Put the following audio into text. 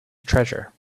treasure